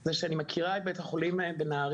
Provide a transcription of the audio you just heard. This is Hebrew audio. זה שאני מכירה את בית החולים בנהריה,